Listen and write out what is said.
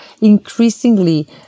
increasingly